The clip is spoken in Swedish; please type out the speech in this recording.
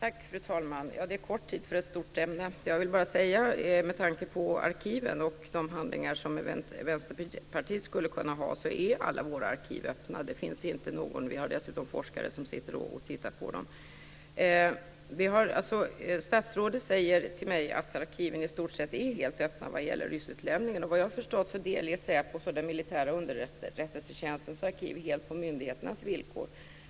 Fru talman! Det är kort tid för ett så stort ämne. Med tanke på arkiven och de handlingar som Vänsterpartiet skulle kunna förfoga över vill jag bara säga att alla våra arkiv är öppna. Det är dessutom forskare som studerar dem. Statsrådet säger att arkiven i stort sett är helt öppna vad gäller ryssutlämningen. Såvitt jag har förstått delges Säpos och den militära underrättelsetjänstens arkiv helt på myndigheternas villkor.